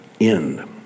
end